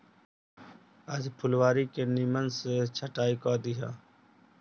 आज तू फुलवारी के निमन से छटाई कअ दिहअ